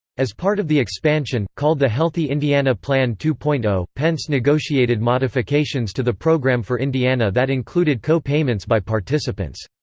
as part of the expansion, called the healthy indiana plan two point zero, pence negotiated modifications to the program for indiana that included co-payments by participants.